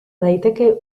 daiteke